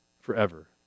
forever